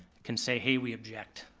can say hey, we object.